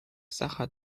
sacher